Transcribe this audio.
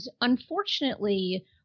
unfortunately